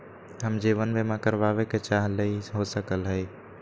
हम जीवन बीमा कारवाबे के चाहईले, हो सकलक ह?